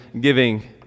giving